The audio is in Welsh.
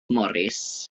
morris